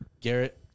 Garrett